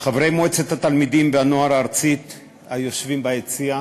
חברי מועצת התלמידים והנוער הארצית היושבים ביציע,